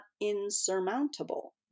insurmountable